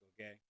okay